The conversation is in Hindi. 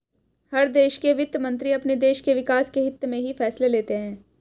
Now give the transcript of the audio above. हर देश के वित्त मंत्री अपने देश के विकास के हित्त में ही फैसले लेते हैं